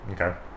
okay